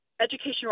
education